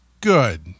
good